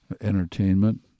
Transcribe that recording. entertainment